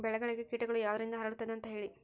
ಬೆಳೆಗೆ ಕೇಟಗಳು ಯಾವುದರಿಂದ ಹರಡುತ್ತದೆ ಅಂತಾ ಹೇಳಿ?